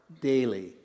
daily